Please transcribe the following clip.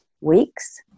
weeks